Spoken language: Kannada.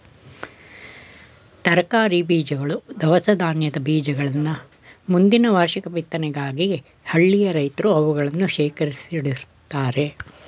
ತರಕಾರಿ ಬೀಜಗಳು, ದವಸ ಧಾನ್ಯದ ಬೀಜಗಳನ್ನ ಮುಂದಿನ ವಾರ್ಷಿಕ ಬಿತ್ತನೆಗಾಗಿ ಹಳ್ಳಿಯ ರೈತ್ರು ಅವುಗಳನ್ನು ಶೇಖರಿಸಿಡ್ತರೆ